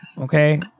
Okay